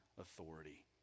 authority